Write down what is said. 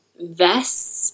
vests